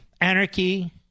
anarchy